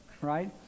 right